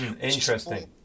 Interesting